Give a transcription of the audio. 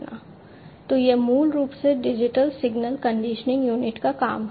तो यह मूल रूप से डिजिटल सिग्नल कंडीशनिंग यूनिट का काम है